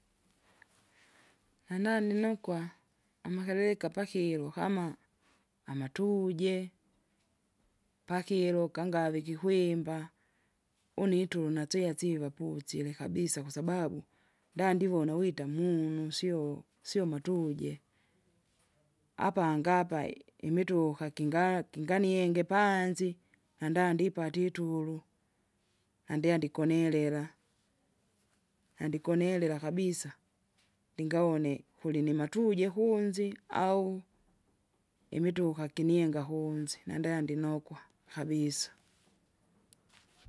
Nanani nukwa, amakeveka pakirwa kama, amatuje, pakiloka ngave kikwimba, une ituna ntseya siva pu- sile kabisa kwasababu ndandivona wita munu sio- siomatuje. Apangapa i- imituka kingaya kinganienge panzi, nanda ndipatie tulu, nandia ndikonilila. nandikonilila kabisa, ndingawone kulinimatuje kunzi au, imituka kinienga kunze nandea ndinokwa, kabisa.